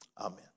Amen